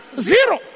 zero